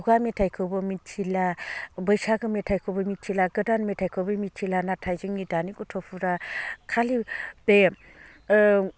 खुगा मेथाइखोबो मिथिला बैसागो मेथाइखोबो मिथिला गोदान मेथाइखोबो मिथिला नाथाय जोंनि दानि गथ'फोरा खालि बे